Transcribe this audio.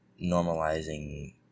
normalizing